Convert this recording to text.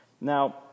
Now